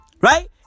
Right